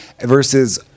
Versus